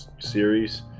series